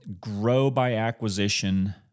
grow-by-acquisition